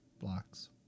blocks